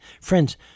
Friends